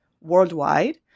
worldwide